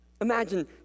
Imagine